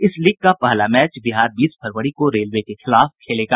इस लीग का पहला मैच बिहार बीस फरवरी को रेलवे के खिलाफ खेलेगा